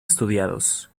estudiados